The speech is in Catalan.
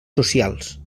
socials